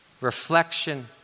reflection